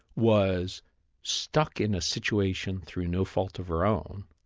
was stuck in a situation through no fault of her own,